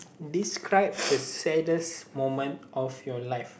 describe the saddest moment of your life